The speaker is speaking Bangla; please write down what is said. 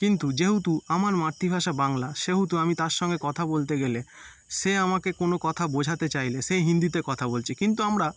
কিন্তু যেহেতু আমার মাতৃভাষা বাংলা সেহেতু আমি তার সঙ্গে কথা বলতে গেলে সে আমাকে কোনো কথা বোঝাতে চাইলে সে হিন্দিতে কথা বলছে কিন্তু আমরা